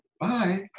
Bye